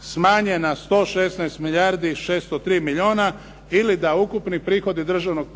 smanje na 116 milijardi i 603 milijuna ili da ukupni prihodi državnog